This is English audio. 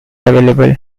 available